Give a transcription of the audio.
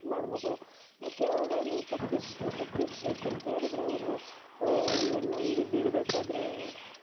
ಮಾಡಬೇಕು ಮತ್ತು ಅವುಗಳನ್ನು ತಪ್ಪಿಸಿ ತಪ್ಪಿಸ್ಬೇಕಂತೇಳಿದ್ರೆ ಅವರು ಇವನ್ ಈಗ ಬೀಳಬೇಕಾದ್ರೆ